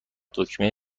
دکمه